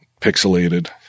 pixelated